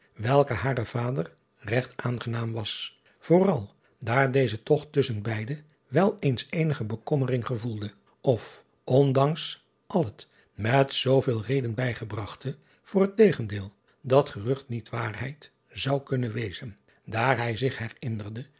welke haren vader regt aangenaam was vooral daar deze toch tusschen beide wel eens eenige bekommering gevoelde of ondanks al het met zooveel reden bijgebragte voor het tegendeel dat gerucht niet waarheid zou kunnen wezen daar hij zich